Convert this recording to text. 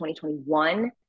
2021